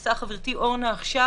שהתייחסה חברתי אורנה עכשיו,